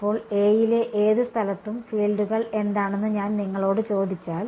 അപ്പോൾ A യിലെ ഏത് സ്ഥലത്തും ഫീൽഡുകൾ എന്താണെന്ന് ഞാൻ നിങ്ങളോട് ചോദിച്ചാൽ